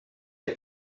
est